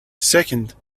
second